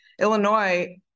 Illinois